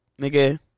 Nigga